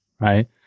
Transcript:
right